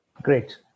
Great